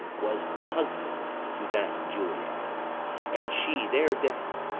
was husband to that juliet and she, there dead,